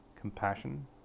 compassion